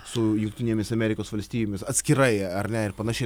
su jungtinėmis amerikos valstijomis atskirai ar ne ir panašiai